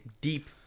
deep